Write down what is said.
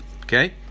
okay